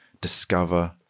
discover